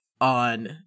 on